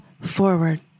forward